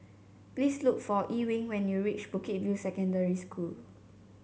please look for Ewing when you reach Bukit View Secondary School